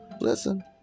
listen